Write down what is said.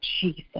Jesus